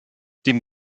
dem